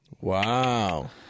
wow